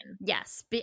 Yes